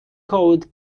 code